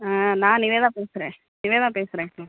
ஆ நா நிவேதா பேசுகிறேன் நிவேதா பேசுகிறேக்கா